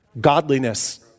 Godliness